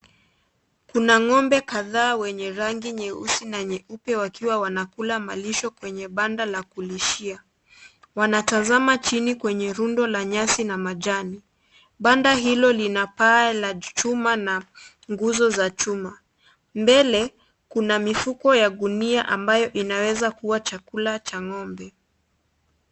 Kuna ng'ombe kadhaa wenye rangi nyeusi na nyeupe wakiwa wanakula malisho kwenye banda la kulishia. Wanatazama chini kwenye rundo la nyasi na majani. Banda hilo lina paa la chuma na nguzo za chuma. Mbele kuna mifuko ya gunia ambayo inaweza kuwa chakula cha ng'ombe.